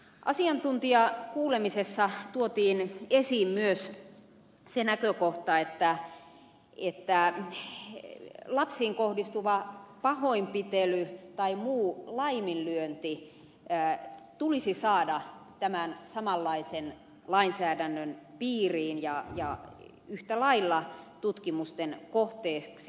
asiantuntijakuulemisessa tuotiin esiin myös se näkökohta että lapsiin kohdistuva pahoinpitely tai muu laiminlyönti tulisi saada tämän samanlaisen lainsäädännön piiriin ja yhtä lailla tutkimusten kohteeksi